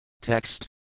Text